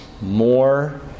more